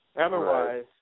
Otherwise